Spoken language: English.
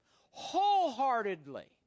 wholeheartedly